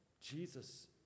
Jesus